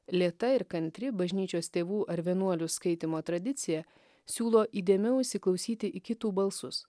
lėta ir kantri bažnyčios tėvų ar vienuolių skaitymo tradicija siūlo įdėmiau įsiklausyti į kitų balsus